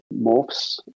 morphs